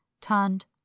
turned